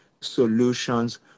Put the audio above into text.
solutions